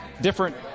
different